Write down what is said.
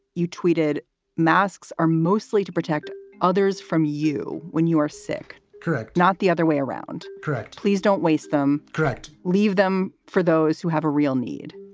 you tweeted masks are mostly to protect others from you when you are sick. correct. not the other way around. correct. please don't waste them. correct. leave them for those who have a real need.